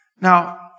Now